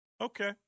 Okay